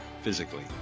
physically